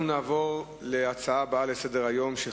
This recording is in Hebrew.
אנחנו נעבור להצעות לסדר-היום מס'